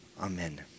Amen